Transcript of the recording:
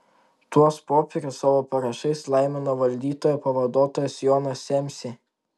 tuos popierius savo parašais laimino valdytojo pavaduotojas jonas semsė